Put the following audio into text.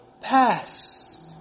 pass